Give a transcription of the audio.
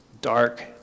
dark